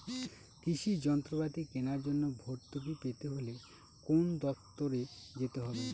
কৃষি যন্ত্রপাতি কেনার জন্য ভর্তুকি পেতে হলে কোন দপ্তরে যেতে হবে?